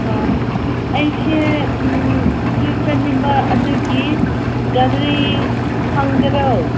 ꯑꯥ ꯑꯩꯁꯦ ꯇꯨꯔ ꯆꯠꯅꯤꯡꯕ ꯑꯗꯨꯒꯤ ꯒꯥꯔꯤ ꯐꯪꯒꯦꯔꯣ